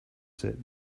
said